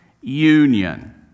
union